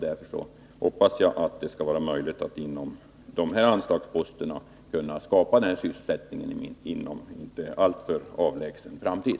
Därför hoppas jag att det skall visa sig möjligt att inom ramen för de ifrågavarande anslagsposterna kunna skapa den här sysselsättningen i Ånge inom en inte alltför avlägsen framtid.